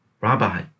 Rabbi